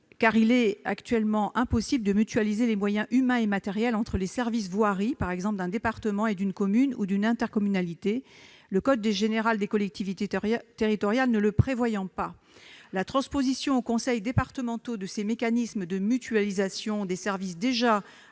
car il est actuellement impossible de mutualiser les moyens humains et matériels entre les services de voirie, par exemple d'un département et d'une commune ou d'une intercommunalité, le code général des collectivités territoriales, le CGCT, ne le prévoyant pas. La transposition aux conseils départementaux de ces mécanismes de mutualisation des services déjà applicables